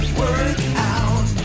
workout